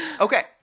okay